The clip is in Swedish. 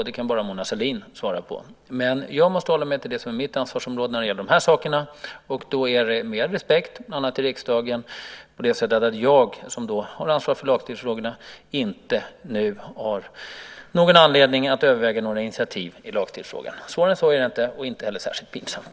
Det kan bara Mona Sahlin svara på. Jag måste hålla mig till det som är mitt ansvarsområde när det gäller de här sakerna, och då är det med respekt för bland annat riksdagen på det sättet att jag, som har ansvar för lagfrågorna, inte nu har någon anledning att överväga några initiativ i lagstiftningsfrågan. Svårare än så är det inte, och det är inte heller särskilt pinsamt.